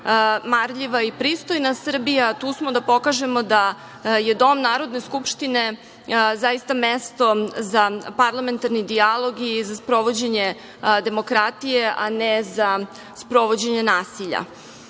marljiva i pristojna Srbija. Tu smo da pokažemo da je Dom Narodne Skupštine zaista mesto za parlamentarni dijalog i za sprovođenje demokratije, a ne za sprovođenje nasilja. Meni